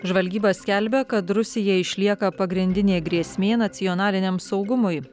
žvalgyba skelbia kad rusija išlieka pagrindinė grėsmė nacionaliniam saugumui